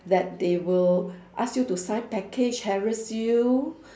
that they will ask you to sign package harass you